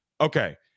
okay